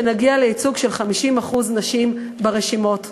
שנגיע לייצוג של 50% נשים ברשימות.